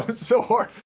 so hard.